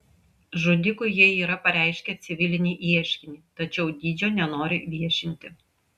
žudikui jie yra pareiškę civilinį ieškinį tačiau dydžio nenori viešinti